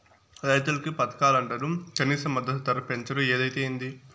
రైతులకి పథకాలంటరు కనీస మద్దతు ధర పెంచరు ఏదైతే ఏంది